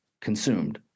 consumed